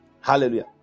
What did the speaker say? Hallelujah